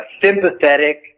sympathetic